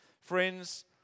Friends